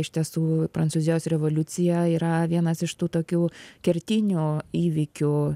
iš tiesų prancūzijos revoliucija yra vienas iš tų tokių kertinių įvykių